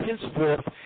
Henceforth